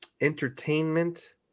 entertainment